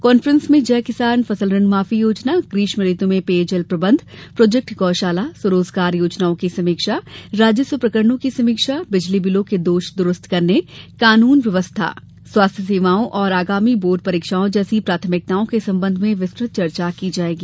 conference में जय किसान फसल ऋण माफी योजना ग्रीष्म ऋतु में पेयजल प्रबंध प्रोजेक्ट गौ शाला स्व रोजगार योजनाओं की समीक्षा राजस्व प्रकरणों की समीक्षा बिजली बिलों के दोष दुरुस्त करने कानून व्यवस्था स्वास्थ्य सेवाओं और आगामी बोर्ड परीक्षाओं जैसी प्राथमिकताओं के संबंध में विस्तृत चर्चा की जाएगी